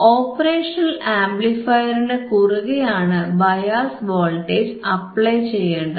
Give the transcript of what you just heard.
operational ആംപ്ലിഫയറിനു കുറുകയൊണ് bias voltage apply ചെയ്യേണ്ടത്